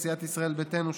סיעת ישראל ביתנו,